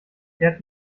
fährt